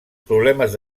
problemes